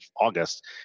August